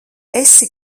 esi